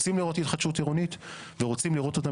רוצים לראות התחדשות עירונית ורוצים לראות אותה